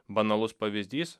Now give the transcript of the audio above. banalus pavyzdys